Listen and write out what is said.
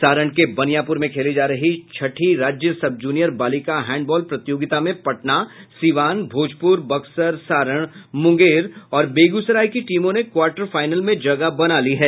सारण के बनियापुर में खेली जा रही छठी राज्य सब जूनियर बालिका हैंडबॉल प्रतियोगिता में पटना सीवान भोजपुर बक्सर सारण मुंगेर और बेगूसराय की टीमों ने क्वार्टर फाइनल में जगह बना ली है